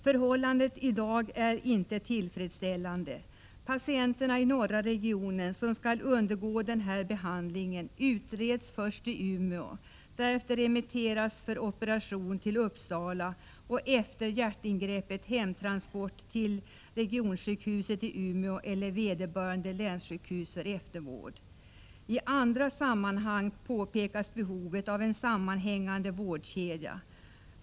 Förhållandena är i dag ej tillfredsställande. De patienter i norra regionen som skall undergå denna behandling utreds först i Umeå, remitteras därefter för operation till Uppsala och hemtransporteras efter hjärtingreppet till regionsjukhuset i Umeå eller vederbörande länssjukhus för eftervård. I andra sammanhang påpekas behovet av en sammanhängande vårdkedja.